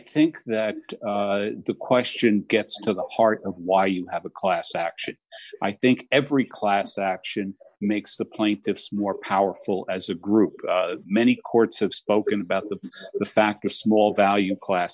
think the question gets to the heart of why you have a class action i think every class action makes the plaintiffs more powerful as a group many courts have spoken about the fact or small value of clas